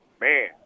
man